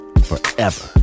forever